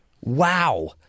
Wow